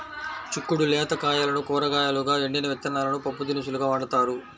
చిక్కుడు లేత కాయలను కూరగాయలుగా, ఎండిన విత్తనాలను పప్పుదినుసులుగా వాడతారు